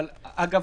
אגב,